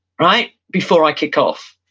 right, before i kick off?